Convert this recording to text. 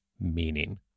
meaning